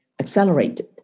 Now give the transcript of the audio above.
accelerated